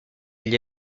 gli